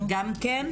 גם כן?